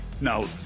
Now